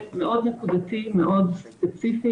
מאוד נקודתי ומאוד ספציפי,